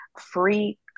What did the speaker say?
free